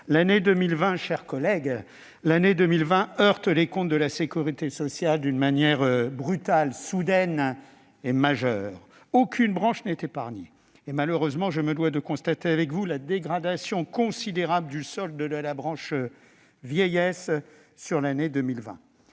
l'année 2020 heurte les comptes de la sécurité sociale d'une manière brutale, soudaine et majeure. Aucune branche n'est épargnée et, malheureusement, je me dois de constater avec vous la dégradation considérable du solde de la branche vieillesse. En 2020,